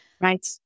Right